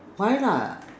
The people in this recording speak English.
why lah